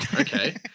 okay